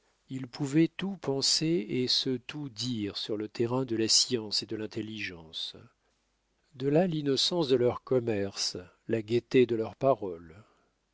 ils pouvaient tout penser et se tout dire sur le terrain de la science et de l'intelligence de là l'innocence de leur commerce la gaieté de leur parole